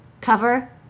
cover